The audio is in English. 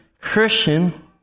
Christian